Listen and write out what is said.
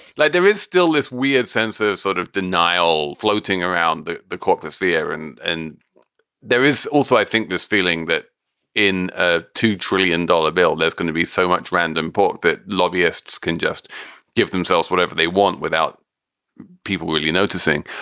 like there is still this weird sense of sort of denial floating around the the court. there's fear. and and there is also, i think, this feeling that in ah two trillion dollar bill, there's going to be so much random pork that lobbyists can just give themselves whatever they want without people really noticing.